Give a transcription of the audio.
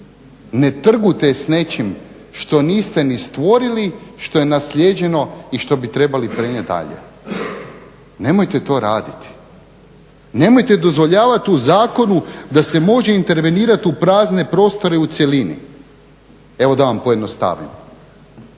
Ne trgujte s nečim što niste ni stvorili, što je naslijeđeno i što bi trebali prenijeti dalje. Nemojte to raditi. Nemojte dozvoljavati u Zakonu da se može intervenirat u prazne prostore u cjelini. Evo da vam pojednostavim.